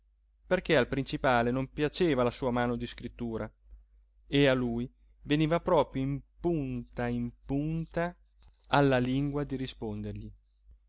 perché al principale non piaceva la sua mano di scrittura e a lui veniva proprio in punta in punta alla lingua di rispondergli